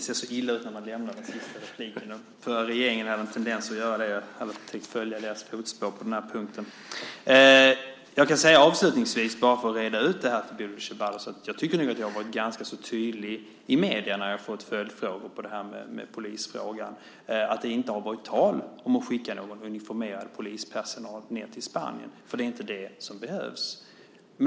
Herr talman! Avslutningsvis, bara för att reda ut detta för Bodil Ceballos, tycker jag att jag har varit ganska så tydlig i medierna, när jag har fått följdfrågor om detta med polisfrågan, med att det inte har varit tal om att skicka ned någon uniformerad polispersonal till Spanien, för det är inte det som behövs.